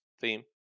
theme